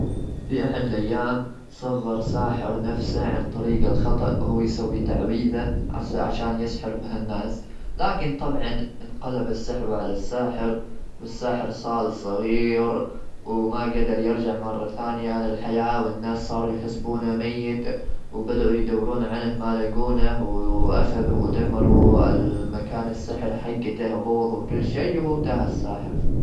في احد الايام صغر ساحر نفسه عن طريق الخطا, فصار صغير وللاسف عجز انه يرجع مثل الاول ,فصار يتعايش وصار يشوف الناس عن قرب ,والناس يحسبونه مات ويدورون عليه ولين واكتشف اشياء جديده وخبايا ما كان يعرفها والناس حسبه ميت وشاف الناس اللي يحبها.